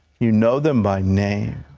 you know them by name.